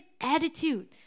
attitude